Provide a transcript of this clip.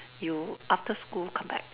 you after school come back